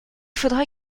faudra